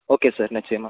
okay sir நிச்சயமா